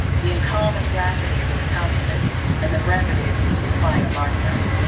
the uncommon gravity of his countenance, and the brevity of his reply, alarmed her.